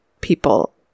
people